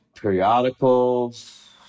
periodicals